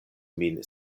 min